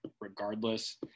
regardless